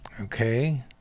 Okay